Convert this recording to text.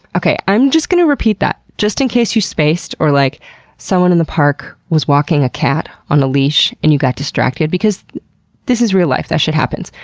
okay, i'm going to repeat that just in case you spaced, or like someone in the park was walking a cat on a leash and you got distracted, because this is real life, that shit happens.